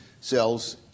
cells